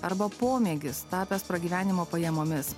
arba pomėgis tapęs pragyvenimo pajamomis